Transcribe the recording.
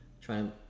trying